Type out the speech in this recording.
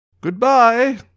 Goodbye